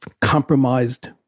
compromised